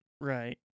Right